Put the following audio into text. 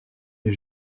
les